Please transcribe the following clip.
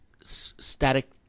static